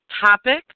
Topic